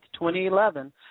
2011